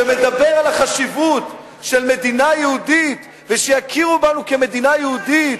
שמדבר על החשיבות של מדינה יהודית ושיכירו בנו כמדינה יהודית,